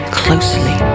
closely